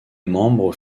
membres